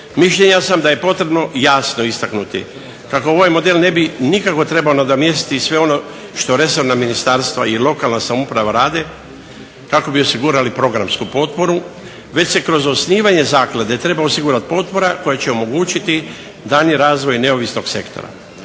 Mišljenja sam da je potrebno jasno istaknuti kako ovaj model ne bi nikako trebao nadomjestiti sve ono što resorna ministarstva i lokalna samouprava rade kako bi osigurali programsku potporu već se kroz osnivanje zaklade treba osigurati potpora koja će omogućiti daljnji razvoj neovisnog sektora.